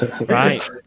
Right